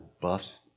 buffs